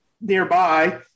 nearby